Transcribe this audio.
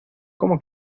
como